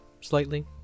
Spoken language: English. slightly